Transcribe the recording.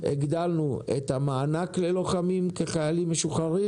הגדלנו את המענק ללוחמים כחיילים משוחררים